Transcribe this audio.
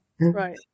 Right